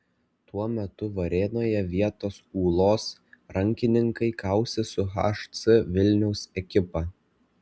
tuo metu varėnoje vietos ūlos rankininkai kausis su hc vilnius ekipa